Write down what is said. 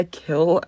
kill